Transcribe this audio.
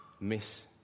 miss